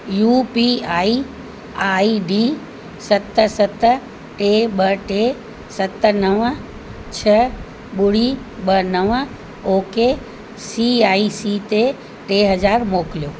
UPI ID सत सत टे ॿ टे सत नव छह ॿुड़ी ॿ नव ओके सी आई सी ते टे हज़ार मोकिलियो